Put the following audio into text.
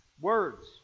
Words